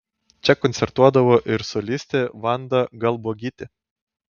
čia koncertuodavo ir solistė vanda galbuogytė